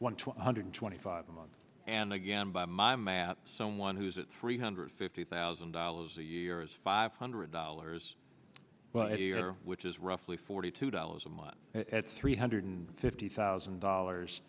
one hundred twenty five a month and again by my math someone who's at three hundred fifty thousand dollars a year is five hundred dollars well here which is roughly forty two dollars a month at three hundred fifty thousand dollars